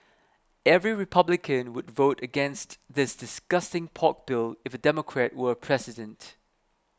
every Republican would vote against this disgusting pork bill if a Democrat were president